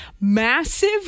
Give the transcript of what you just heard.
massive